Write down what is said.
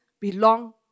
belong